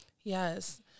yes